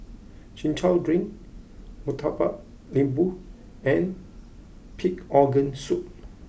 Chin Chow Drink Murtabak Lembu and Pig Organ Soup